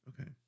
okay